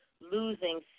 losing